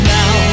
now